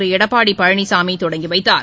திருஎடப்பாடிபழனிசாமிதொடங்கிவைத்தார்